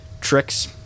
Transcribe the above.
tricks